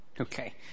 Okay